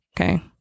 Okay